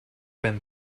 been